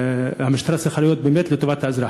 המשטרה צריכה להיות לטובת האזרח.